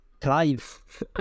Clive